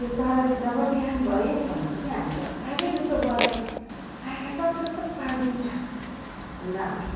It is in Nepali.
त्यो चराले जब बिहान भयो है भनेपछि हामीलाई उठाएकै जस्तो गर्छ कि आएर टकटकटक पारिदिन्छ अन्त